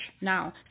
now